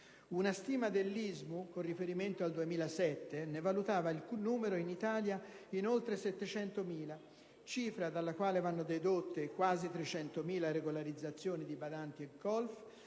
Una stima dell'ISMU con riferimento al 2007 ne valutava il numero, in Italia, in 700.000, cifra dalla quale vanno dedotte le quasi 300.000 regolarizzazioni di badanti e colf